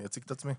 אני אציג את עצמי.